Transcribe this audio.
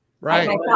Right